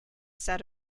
set